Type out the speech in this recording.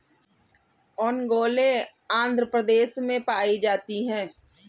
ओंगोले आंध्र प्रदेश में पाई जाती है